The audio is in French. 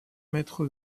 maître